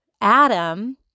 Adam